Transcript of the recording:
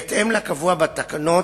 בהתאם לקבוע בתקנות,